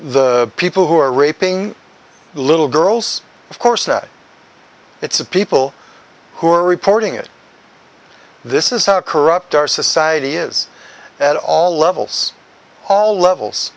the people who are raping little girls of course it's the people who are reporting it this is how corrupt our society is at all levels all levels